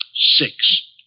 Six